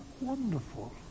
wonderful